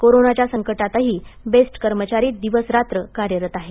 कोरोनाच्या संकटातही बेस्ट कर्मचारी दिवसरात्र कार्यरत आहे